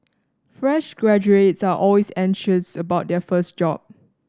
fresh graduates are always anxious about their first job